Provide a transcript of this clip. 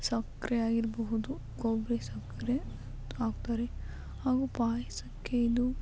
ಸಕ್ಕರೆ ಆಗಿರಬಹುದು ಕೊಬ್ಬರಿ ಸಕ್ಕರೆ ಹಾಕ್ತಾರೆ ಹಾಗೂ ಪಾಯಸಕ್ಕೇನು